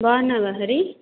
బాగున్నావా హరి